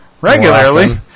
regularly